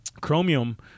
chromium